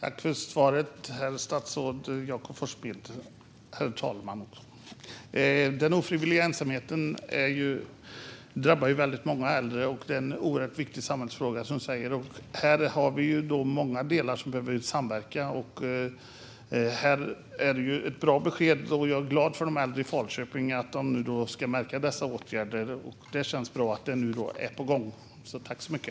Herr talman! Tack för svaret, statsrådet Jakob Forssmed! Den ofrivilliga ensamheten drabbar ju väldigt många äldre, och som statsrådet säger är det en oerhört viktig samhällsfråga. Vi har många delar som behöver samverka. Det är ett bra besked vi får, och jag är glad att de äldre i Falköping ska kunna märka av dessa åtgärder. Det känns bra att det nu är på gång. Jag tackar för det.